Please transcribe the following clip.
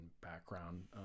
background